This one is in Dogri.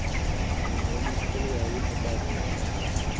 अच्छा तां ते मुश्कल गै फ्ही इन्ने पैसे निं होने साढ़े कच्छ